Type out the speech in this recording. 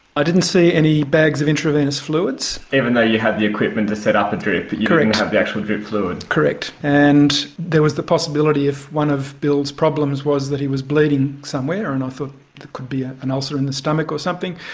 i didn't see any bags of intravenous fluids. even though you had the equipment to set up a drip you didn't have the actual drip fluid. correct, and there was the possibility of one of bill's problems was that he was bleeding somewhere and i thought there could be ah an ulcer in the stomach or something,